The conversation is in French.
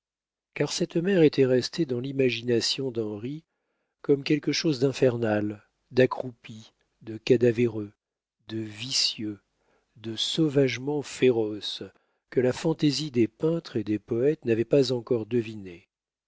car cette mère était restée dans l'imagination d'henri comme quelque chose d'infernal d'accroupi de cadavéreux de vicieux de sauvagement féroce que la fantaisie des peintres et des poètes n'avait pas encore deviné